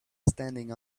standing